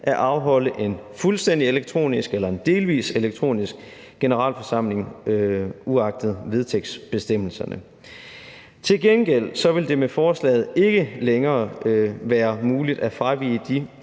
at afholde en fuldstændig elektronisk eller en delvis elektronisk generalforsamling uagtet vedtægtsbestemmelserne. Til gengæld vil det med lovforslaget ikke længere være muligt at fravige de